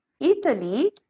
Italy